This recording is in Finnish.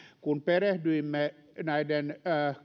kun perehdyimme näiden